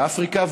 באפריקה.